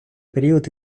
період